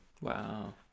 Wow